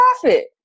profit